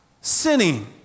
sinning